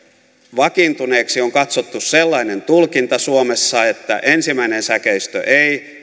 vakiintuneeksi on katsottu sellainen tulkinta suomessa että ensimmäinen säkeistö ei